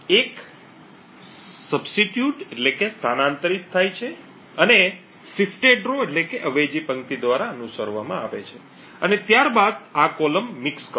એક સ્થાનાંતરિત થાય છે અને અવેજી પંક્તિ દ્વારા અનુસરવામાં આવે છે અને ત્યારબાદ આ કોલમ મિક્સ કરો